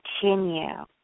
continue